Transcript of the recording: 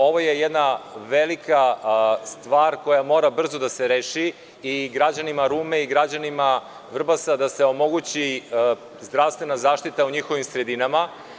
Ovo je jedna velika stvar koja mora brzo da se reši i građanima Rume i građanima Vrbasa da se omogući zdravstvena zaštita u njihovim sredinama.